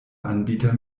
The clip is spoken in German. anbieter